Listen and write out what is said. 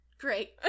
Great